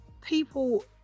People